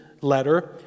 letter